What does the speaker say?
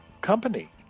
company